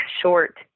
short